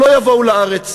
לא יבואו לארץ.